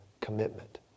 commitment